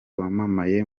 wamamaye